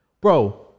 bro